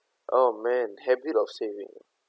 oh man habit of saving